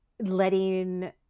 Letting